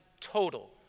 total